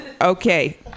okay